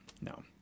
no